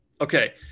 Okay